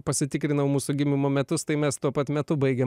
pasitikrinau mūsų gimimo metus tai mes tuo pat metu baigėm